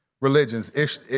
Religions